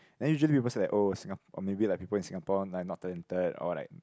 then usually it was like oh Singa~ maybe like people in Singapore might not talented or like